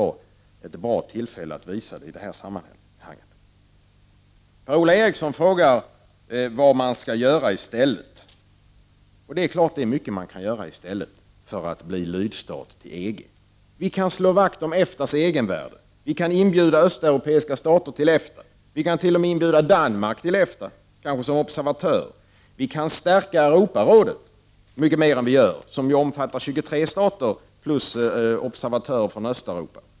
Ett bra tillfälle erbjuds i det här sammanhanget. Per-Ola Eriksson frågar vad vi skall göra i stället. Ja, det är klart att vi kan göra mycket i stället för att bli lydstat till EG. Vi kan slå vakt om EFTA:s egenvärde. Vi kan inbjuda östeuropeiska stater till EFTA. Vi kan t.o.m. inbjuda Danmark till EFTA — kanske som observatör. Vi kan mycket mer än vi nu gör stärka Europarådet, som omfattar 23 stater plus observatörer från Östeuropa.